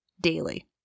daily